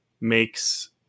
makes